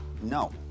No